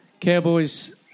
Cowboys